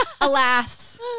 alas